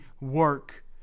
work